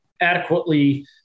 adequately